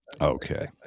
Okay